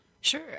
Sure